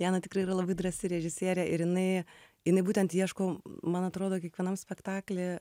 jana tikrai yra labai drąsi režisierė ir jinai jinai būtent ieško man atrodo kiekvienam spektakly